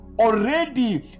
already